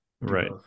right